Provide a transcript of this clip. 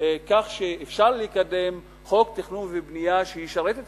כך שאפשר לקדם חוק תכנון ובנייה שישרת את